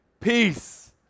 Peace